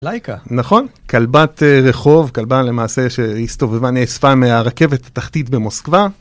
לייקה. נכון, כלבת רחוב, כלבה למעשה שהסתובבה, נאספה מהרכבת התחתית במוסקבה.